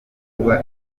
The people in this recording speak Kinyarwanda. kuba